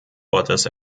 ortes